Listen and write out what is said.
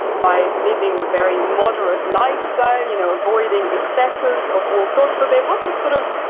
by living a very moderate lifestyle, you know avoiding excesses of all sorts. so, there wasn't sort of,